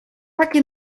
takie